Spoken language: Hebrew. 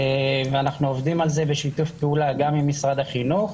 ואנחנו עובדים על זה בשיתוף פעולה גם עם משרד החינוך.